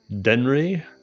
Denry